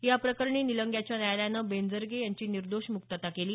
याप्रकरणी निलंग्याच्या न्यायालयानं बेंजरगे यांची निर्दोष म्क्तता केली